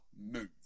move